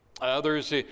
Others